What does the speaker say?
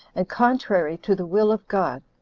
and contrary to the will of god.